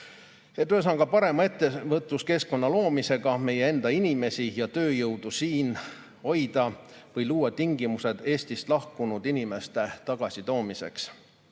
et hoida parema ettevõtluskeskkonna loomisega meie enda inimesi ja tööjõudu siin või luua tingimused Eestist lahkunud inimeste tagasitoomiseks.